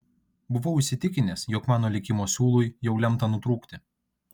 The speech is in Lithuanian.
buvau įsitikinęs jog mano likimo siūlui jau lemta nutrūkti